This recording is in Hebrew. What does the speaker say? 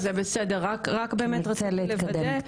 זה בסדר, רק באמת רציתי לוודא.